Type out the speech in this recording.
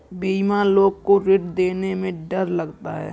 बेईमान लोग को ऋण देने में डर लगता है